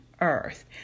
Earth